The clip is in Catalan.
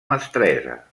mestressa